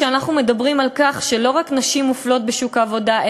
כשאנחנו מדברים על כך שלא רק שנשים מופלות בשוק העבודה,